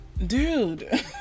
Dude